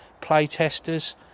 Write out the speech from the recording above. playtesters